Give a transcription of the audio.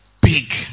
big